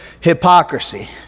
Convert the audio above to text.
hypocrisy